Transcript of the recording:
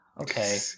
Okay